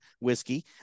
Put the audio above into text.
Whiskey